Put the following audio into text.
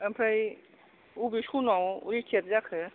ओमफ्राय अबे सनाव रिथियार जाखो